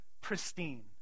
pristine